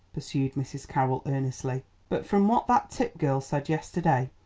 pursued mrs. carroll earnestly but from what that tipp girl said yesterday,